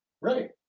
Right